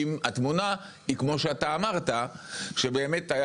אם התמונה היא כמו שאתה אמרת שבאמת היה